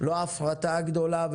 לא ההפרטה הגדולה,